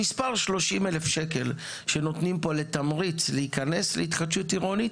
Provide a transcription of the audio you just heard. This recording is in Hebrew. המספר 30,000 שקל שנותנים פה לתמריץ להיכנס להתחדשות עירונית,